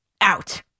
out